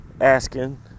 asking